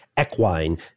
equine